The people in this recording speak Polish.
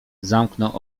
zamknął